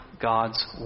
God's